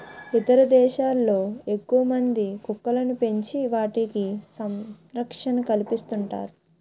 ఇతర దేశాల్లో ఎక్కువమంది కుక్కలను పెంచి వాటికి సంరక్షణ కల్పిస్తుంటారు